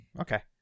Okay